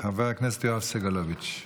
חבר הכנסת יואב סגלוביץ'.